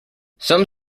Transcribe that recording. some